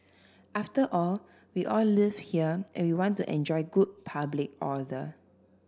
after all we all live here and we want to enjoy good public order